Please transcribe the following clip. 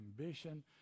ambition